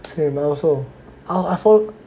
same I also ah I fo~